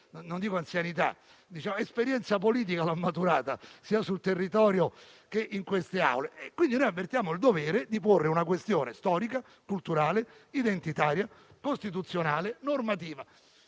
non dico l'anzianità, ma l'esperienza politica maturata sia sul territorio che in queste Aule. Noi avvertiamo il dovere di porre una questione storica, culturale, identitaria, costituzionale e normativa.